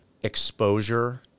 Exposure